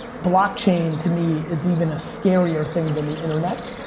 blockchain, to me, is even a scarier thing than the internet.